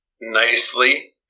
nicely